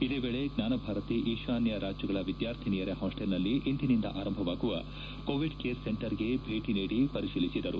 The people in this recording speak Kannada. ಇದೇ ವೇಳೆ ಜ್ವಾನ ಭಾರತಿ ಈಶಾನ್ಯ ರಾಜ್ಯಗಳ ವಿದ್ಯಾರ್ಥಿನಿಯರ ಹಾಸ್ವೆಲ್ ನಲ್ಲಿ ಇಂದಿನಿಂದ ಆರಂಭವಾಗುವ ಕೋವಿಡ್ ಕೇರ್ ಸೆಂಟರ್ ಗೆ ಭೇಟಿ ನೀಡಿ ಪರಿಶೀಲಿಸಿದರು